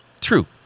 True